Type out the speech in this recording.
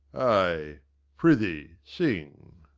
ay prithee, sing.